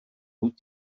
wyt